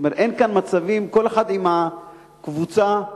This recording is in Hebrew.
זאת אומרת, אין כאן מצבים, כל אחד עם הקבוצה שלו,